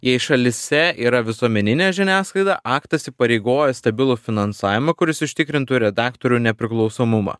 jei šalyse yra visuomeninė žiniasklaida aktas įpareigoja stabilų finansavimą kuris užtikrintų redaktorių nepriklausomumą